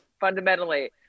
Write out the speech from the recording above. fundamentally